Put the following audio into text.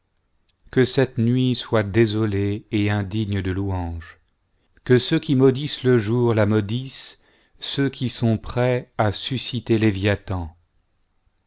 que cette nuit soit désolée et indigne de louanges que ceux qui maudissent le jour la maudissent ceux qui sont prêts à susciter les yat